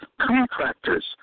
contractors